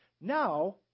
now